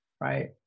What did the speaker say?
right